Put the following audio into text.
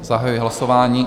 Zahajuji hlasování.